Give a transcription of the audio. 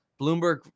Bloomberg